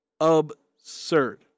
absurd